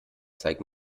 zeig